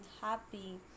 happy